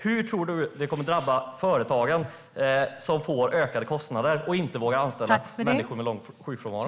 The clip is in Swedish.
Hur tror Annika Strandhäll att det kommer att drabba företagen, som får ökade kostnader och inte vågar anställa människor med lång sjukfrånvaro?